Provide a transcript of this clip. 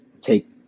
take